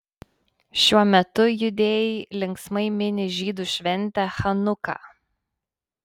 šiuo metu judėjai linksmai mini žydų šventę chanuką